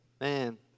Man